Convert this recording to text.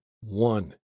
one